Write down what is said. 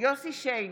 יוסף שיין,